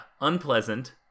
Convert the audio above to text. unpleasant